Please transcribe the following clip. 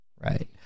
Right